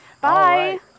Bye